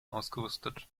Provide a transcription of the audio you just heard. ausgerüstet